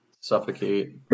suffocate